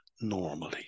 normally